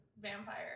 vampire